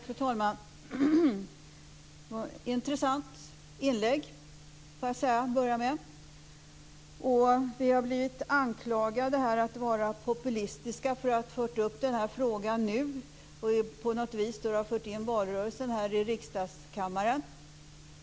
Fru talman! Jag vill till att börja med säga att det var ett intressant inlägg. Vi har här blivit anklagade för att vara populistiska för att vi har fört upp den här frågan nu och på något vis skulle ha fört in valrörelsen i riksdagens kammare.